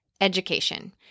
education